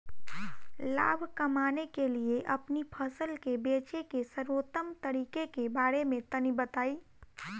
लाभ कमाने के लिए अपनी फसल के बेचे के सर्वोत्तम तरीके के बारे में तनी बताई?